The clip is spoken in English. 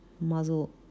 muzzle